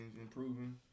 improving